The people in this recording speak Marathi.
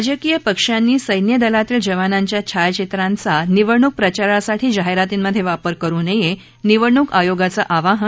राजकीय पक्षांनी सैन्यदलातील जवानांच्या छायाचित्रांचा निवडणूक प्रचारासाठीच्या जाहीरातींमध्ये वापर करू नये निवडणूक आयोगाचं आवाहन